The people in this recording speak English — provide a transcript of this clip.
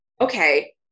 okay